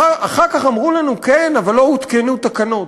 אחר כך אמרו לנו: כן, אבל לא הותקנו תקנות.